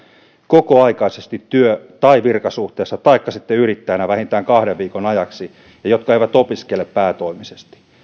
kokoaikaisesti työ tai virkasuhteessa taikka sitten yrittäjänä vähintään kahden viikon ajaksi ja jotka eivät opiskele päätoimisesti